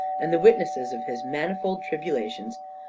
and the witnesses of his manifold tribulations,